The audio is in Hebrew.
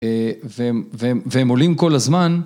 והם עולים כל הזמן